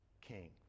king